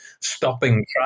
stopping